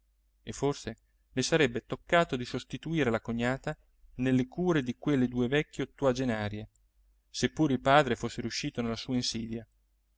e forse le sarebbe toccato di sostituire la cognata nelle cure di quelle due vecchie ottuagenarie seppure il padre fosse riuscito nella sua insidia